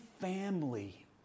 family